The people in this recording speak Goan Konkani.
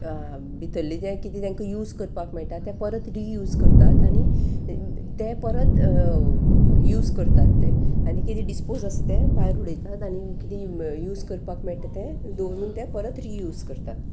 भितरले ते कितें तांकां यूज करपाक मेळटा ते परत रियूज करतात आनी ते परत यूज करतात ते आनी किदें डिसपोज आसा ते भायर उडयतात आनी किदें यूज करपाक मेळटा तें दवरून ते परत रियूज करतात